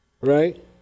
Right